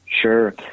sure